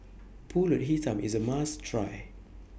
Pulut Hitam IS A must Try